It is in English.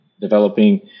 developing